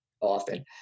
often